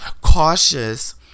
cautious